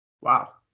Wow